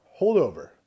holdover